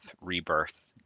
rebirth